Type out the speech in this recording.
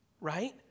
right